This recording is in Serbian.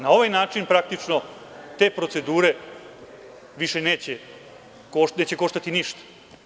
Na ovaj način praktično te procedure više neće koštati ništa.